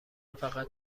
فقط